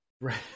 Right